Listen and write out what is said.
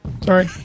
sorry